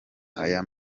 aya